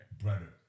brother